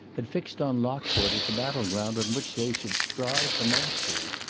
had fixed on lockport as the battle-ground on which they should strive for mastery.